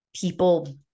people